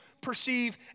perceive